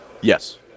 Yes